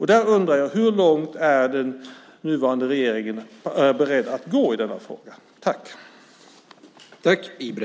Hur långt är den nuvarande regeringen beredd att gå i denna fråga?